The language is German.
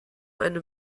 eine